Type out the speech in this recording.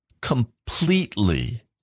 completely